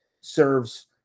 serves